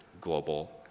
global